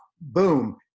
Boom